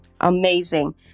Amazing